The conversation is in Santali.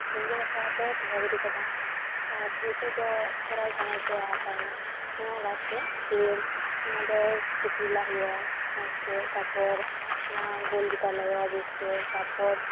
ᱨᱮᱸᱡᱮᱫ ᱠᱟᱛᱮᱜ ᱟᱫᱚ ᱫᱚᱦᱚ ᱜᱤᱰᱤ ᱠᱟᱫᱟᱢ ᱟᱨ ᱨᱩᱴᱤ ᱫᱚ ᱫᱷᱚᱨᱚ ᱵᱮᱱᱟᱣ ᱛᱮ ᱟᱴᱟᱧᱟ ᱱᱚᱣᱟ ᱞᱟᱦᱟᱛᱮ ᱡᱮ ᱚᱱᱟ ᱫᱚ ᱥᱤᱯᱤ ᱞᱟᱦᱟ ᱦᱩᱭᱩᱜᱼᱟ ᱢᱚᱡᱽ ᱛᱮ ᱛᱟᱨᱯᱚᱨ ᱚᱱᱟ ᱜᱳᱞ ᱞᱮᱠᱟ ᱞᱮᱣᱦᱟ ᱵᱮᱥ ᱛᱮ ᱛᱟᱨᱯᱚᱨ